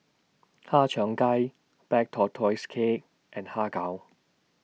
Har Cheong Gai Black Tortoise Cake and Har Kow